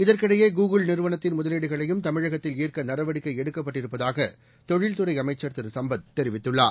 இதற்கிடையே கூகுள் நிறுவனத்தின் முதவீடுகளையும் தமிழகத்தில் ஈர்க்க நடவடிக்கை எடுக்கப்பட்டிருப்பதாக தொழில் துறை அமைச்சர் திரு சம்பத் தெரிவித்துள்ளார்